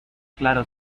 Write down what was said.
claro